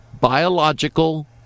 biological